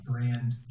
brand